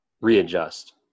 Readjust